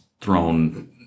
thrown